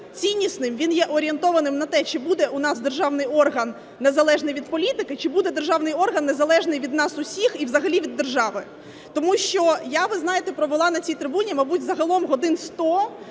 ціннісним, він є орієнтованим на те, чи буде в нас державний орган незалежний від політики, чи буде державний орган незалежний від нас усіх і взагалі від держави. Тому що я, ви знаєте, провела на цій трибуні, мабуть, загалом годин сто